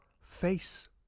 face